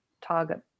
target